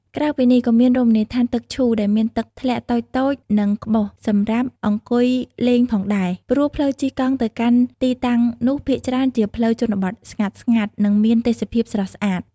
ក្រៅពីនេះក៏មានរមណីយដ្ឋានទឹកឈូ ដែលមានទឹកធ្លាក់តូចៗ និងក្យូសសម្រាប់អង្គុយលេងផងដែរ ព្រោះផ្លូវជិះកង់ទៅកាន់ទីតាំងនោះភាគច្រើនជាផ្លូវជនបទស្ងាត់ៗ និងមានទេសភាពស្រស់ស្អាត។